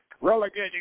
relegating